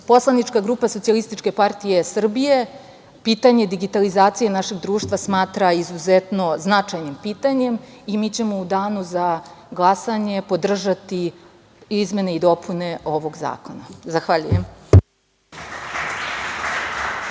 efikasnijom. Poslanička grupa SPS pitanje digitalizacije našeg društva smatra izuzetno značajnim pitanjem i mi ćemo u danu za glasanje podržati izmene i dopune ovog zakona. Zahvaljujem.